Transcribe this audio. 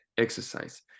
exercise